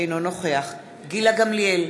אינו נוכח גילה גמליאל,